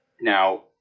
Now